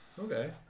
Okay